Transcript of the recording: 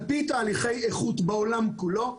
על פי תהליכי איכות בעולם כולו,